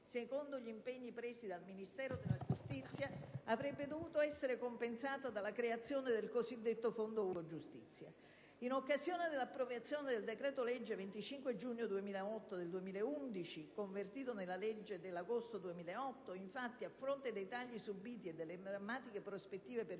secondo gli impegni presi dal Ministero della giustizia, avrebbe dovuto essere compensata dalla creazione del cosiddetto Fondo unico giustizia. In occasione dell'approvazione del decreto-legge 25 giugno 2008, n. 112, convertito nella legge n. 133 del 6 agosto 2008, a fronte dei tagli subìti e delle drammatiche prospettive per